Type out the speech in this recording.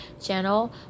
channel